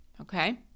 Okay